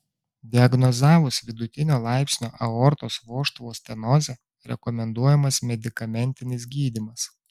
diagnozavus vidutinio laipsnio aortos vožtuvo stenozę rekomenduojamas medikamentinis gydymas